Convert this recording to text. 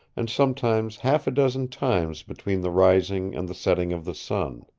and sometimes half a dozen times between the rising and the setting of the sun.